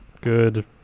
good